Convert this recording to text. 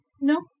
No